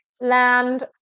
land